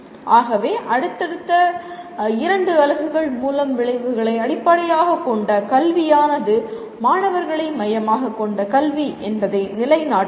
ஆகவே அடுத்தடுத்த இரண்டு அலகுகள் மூலம் விளைவுகளை அடிப்படையாகக் கொண்ட கல்வியானது மாணவர்களை மையமாகக் கொண்ட கல்வி என்பதை நிலைநாட்டுவோம்